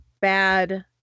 bad